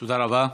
תודה רבה.